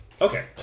Okay